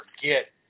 forget